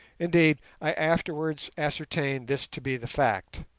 indeed, i afterwards ascertained this to be the fact,